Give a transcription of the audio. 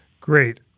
Great